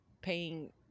paying